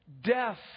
death